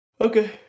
Okay